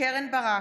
בהצבעה קרן ברק,